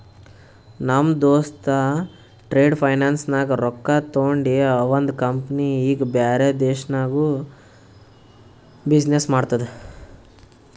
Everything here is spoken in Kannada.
ನಮ್ ದೋಸ್ತ ಟ್ರೇಡ್ ಫೈನಾನ್ಸ್ ನಾಗ್ ರೊಕ್ಕಾ ತೊಂಡಿ ಅವಂದ ಕಂಪನಿ ಈಗ ಬ್ಯಾರೆ ದೇಶನಾಗ್ನು ಬಿಸಿನ್ನೆಸ್ ಮಾಡ್ತುದ